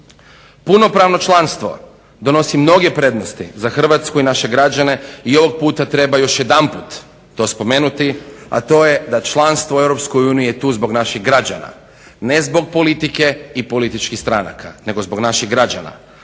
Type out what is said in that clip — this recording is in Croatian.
Punopravno članstvo donosi mnoge prednosti za Hrvatsku i naše građane i ovog puta treba još jedanput to spomenuti, a to je da članstvo u EU je tu zbog naših građana. Ne zbog politike i političkih stranaka nego zbog naših građana.